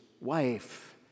wife